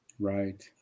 Right